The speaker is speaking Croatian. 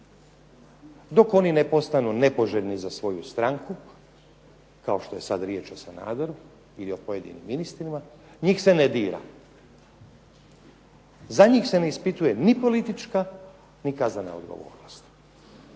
Dok oni ne postanu nepoželjni za svoju stranku, kao što je sad riječ o Sanaderu ili o pojedinim ministrima, njih se ne dira. Za njih se ne ispituje ni politička ni kaznena odgovornost.